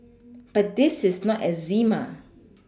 but this is not eczema